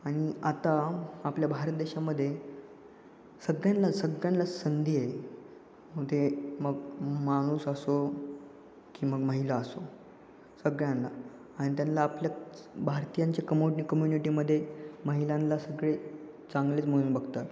आणि आता आपल्या भारत देशामध्ये सगळ्यांना सगळ्यांनाच संधी आहे ते मग माणूस असो की मग महिला असो सगळ्यांना आणि त्यांना आपल्या भारतीयांचे कम कम्युनिटीमध्ये महिलांना सगळे चांगलेच म्हणून बघतात